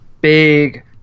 big